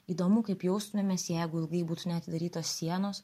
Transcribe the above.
įdomu kaip jaustumėmės jeigu ilgai būtų neatidarytos sienos